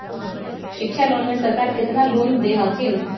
शिक्षा लोन में सरकार केतना लोन दे हथिन?